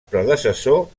predecessor